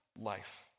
life